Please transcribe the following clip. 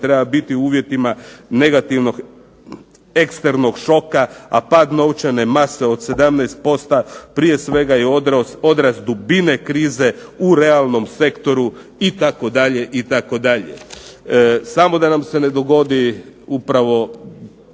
trebala biti u uvjetima negativnog eksternog šoka, a pad novčane mase od 17% prije svega je odraz dubine krize u realnom sektoru" itd., itd. Samo da nam se ne dogodi upravo